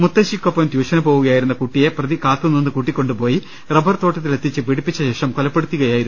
മുത്തശ്ശിക്കൊപ്പം ട്യൂഷന് പോവുകയായിരുന്ന കുട്ടിയെ പ്രതി കാത്തുനിന്ന് കൂട്ടിക്കൊണ്ടുപോയി റബ്ബർ തോട്ടത്തിലെത്തിച്ച് പീഡിപ്പിച്ചശേഷം കൊലപ്പെടുത്തു കയായിരുന്നു